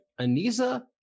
Anissa